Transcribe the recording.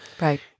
Right